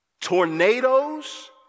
Tornadoes